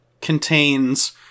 contains